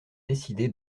décidé